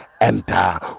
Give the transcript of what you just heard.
enter